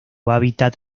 hábitat